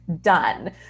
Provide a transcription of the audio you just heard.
done